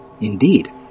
Indeed